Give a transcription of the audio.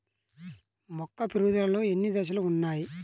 మొక్క పెరుగుదలలో ఎన్ని దశలు వున్నాయి?